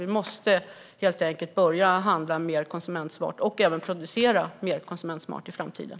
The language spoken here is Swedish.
Vi måste helt enkelt börja handla mer konsumentsmart och även producera mer konsumentsmart i framtiden.